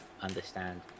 understand